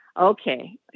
okay